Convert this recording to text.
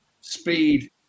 speed